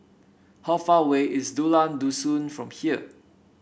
how far away is Dusun from here